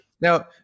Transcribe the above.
Now